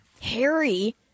Harry